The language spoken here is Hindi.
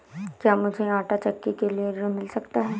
क्या मूझे आंटा चक्की के लिए ऋण मिल सकता है?